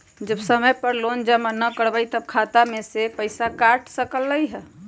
जब समय पर लोन जमा न करवई तब खाता में से पईसा काट लेहई?